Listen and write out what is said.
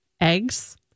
eggs